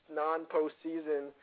non-postseason